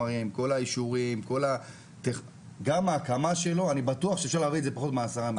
אני בטוח שאפשר להביא את זה פחות מעשרה מיליון.